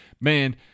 man